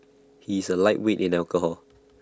he is A lightweight in alcohol